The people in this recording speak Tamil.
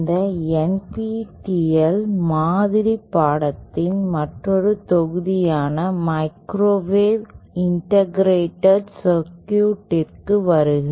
இந்த NPTEL மாதிரி பாடத்தின் மற்றொரு தொகுதியான 'மைக்ரோவேவ் இண்டகிரேட்டட் சர்க்யூட்க்கு' வருக